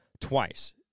twice